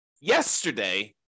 yesterday